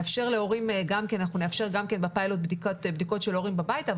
בפיילוט נאפשר גם בדיקות של הורים בבית אבל